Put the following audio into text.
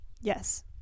yes